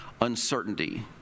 uncertainty